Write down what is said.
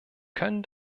können